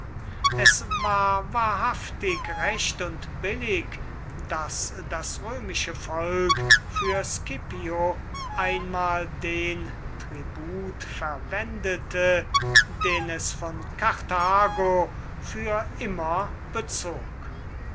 es war wahrhaftig recht und billig daß das römische volk für scipio einmal den tribut verwendete den es von karthago für immer bezog